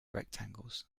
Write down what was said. rectangles